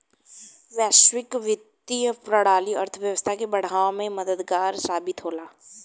वैश्विक वित्तीय प्रणाली अर्थव्यवस्था के बढ़ावे में मददगार साबित होला